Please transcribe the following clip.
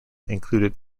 included